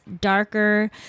darker